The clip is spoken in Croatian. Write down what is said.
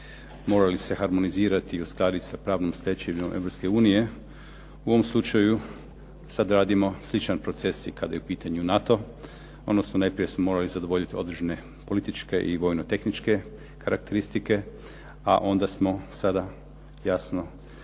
morali se harmonizirati i uskladiti s pravnom stečevinom Europske unije, u ovom slučaju sada radimo sličan proces i kada je u pitanju NATO, odnosno najprije smo morali zadovoljiti određene političke i vojno-tehničke karakteristike, a onda smo sada jasno